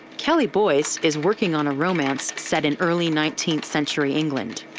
kelly boyce is working on a romance set in early nineteenth century england.